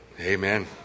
Amen